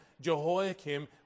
Jehoiakim